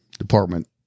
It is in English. Department